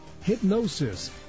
hypnosis